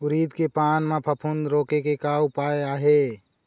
उरीद के पान म फफूंद रोके के का उपाय आहे?